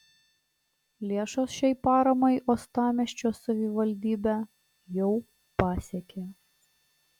lėšos šiai paramai uostamiesčio savivaldybę jau pasiekė